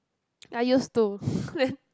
I used to then